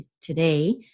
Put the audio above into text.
today